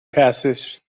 persisch